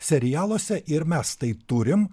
serialuose ir mes tai turim